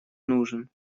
нужен